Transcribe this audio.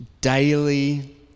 daily